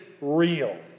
real